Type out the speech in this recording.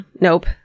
Nope